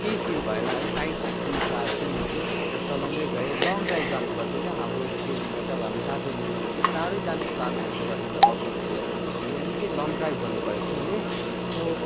केही फिल भएन है टाइट जिन्स लाएको थिएँ मैले र चलाउँदै गए लङ ड्राइभ जानु पर्थ्यो क्या हाम्रो त्यति बेला चाहिँ अब हामी साथीहरू मिलेर चाहिँ टाढै जाने प्लान गरेको थियो आउट अफ स्टेट सो निकै लङ ड्राइभ गर्नु परेको थियो मैले सो